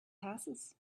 passes